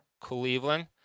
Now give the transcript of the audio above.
Cleveland